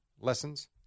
Lessons